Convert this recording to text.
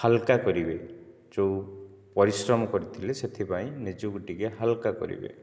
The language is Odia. ହାଲକା କରିବେ ଯେଉଁ ପରିଶ୍ରମ କରିଥିଲେ ସେଥିପାଇଁ ନିଜକୁ ଟିକେ ହାଲକା କରିବେ